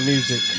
Music